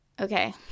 okay